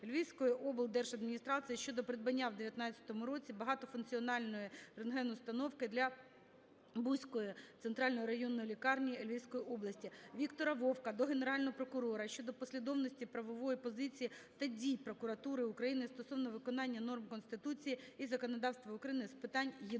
Львівської облдержадміністрації щодо придбання у 2019 році багатофункціональної рентген установки для Буської Центральної районної лікарні Львівської області. Віктора Вовка до Генерального прокурора України щодо послідовності правової позиції та дій прокуратури України стосовно виконання норм Конституції і законодавства України з питань єдиного